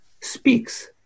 speaks